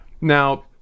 now